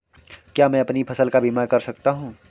क्या मैं अपनी फसल का बीमा कर सकता हूँ?